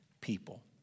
people